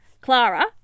Clara